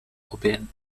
européennes